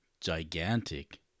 gigantic